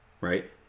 right